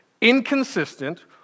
inconsistent